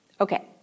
Okay